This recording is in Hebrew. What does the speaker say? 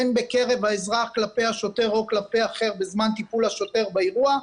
הן בקרב האזרח כלפי השוטר או כלפי אחר בזמן טיפול השוטר באירוע,